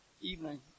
evening